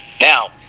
Now